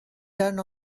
turn